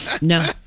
No